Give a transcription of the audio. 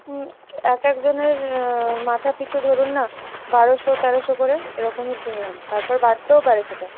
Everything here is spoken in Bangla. হুম এক একজনের মাথা পিছু ধরুন না বারোশো তেরোশো করে এরকমই শুনলাম তারপরে বাড়তেও পারে সেটা